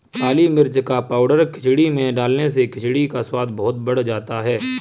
काली मिर्च का पाउडर खिचड़ी में डालने से खिचड़ी का स्वाद बहुत बढ़ जाता है